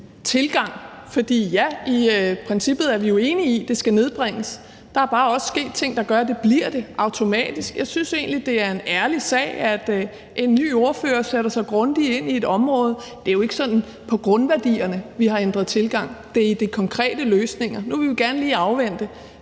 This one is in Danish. princippet er vi jo enige i, at det skal nedbringes. Der er bare også sket ting, der gør, at det bliver det automatisk. Jeg synes egentlig, at det er en ærlig sag, at en ny ordfører sætter sig grundigt ind i et område. Det er jo ikke sådan på grundværdierne, vi har ændret tilgang, det er i forhold til de konkrete løsninger. Nu vil vi gerne lige afvente,